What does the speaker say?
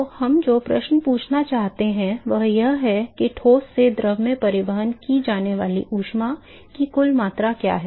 तो हम जो प्रश्न पूछना चाहते हैं वह यह है कि ठोस से द्रव में परिवहन की जाने वाली ऊष्मा की कुल मात्रा क्या है